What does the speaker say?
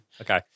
Okay